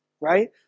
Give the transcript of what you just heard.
right